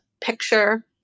picture